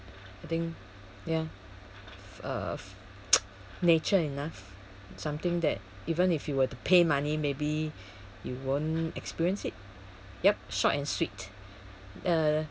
I think ya uh nature enough something that even if you were to pay money maybe you won't experience it yup short and sweet uh